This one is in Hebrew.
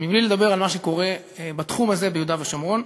בלי לדבר על מה שקורה בתחום הזה ביהודה ושומרון.